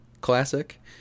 classic